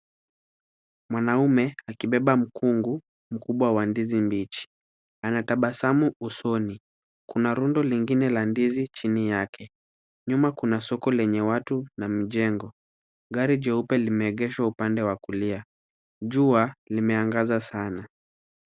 Mwanaume, akibeba mkungu mkubwa wa ndizi mbichi. Anatabasamu usoni. Kuna rundo lingine la ndizi chini yake, nyuma kuna soko lenye watu na mjengo. Gari jeupe limeegeshwa upande wa kulia. Jua limeangaza sana.